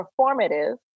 performative